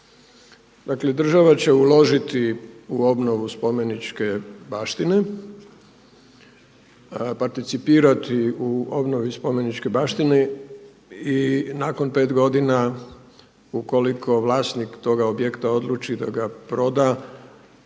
Dakle država će uložiti u obnovu spomeničke baštine, participirati u obnovi spomeničke baštine i nakon 5 godina ukoliko vlasnik toga objekta odluči da ga proda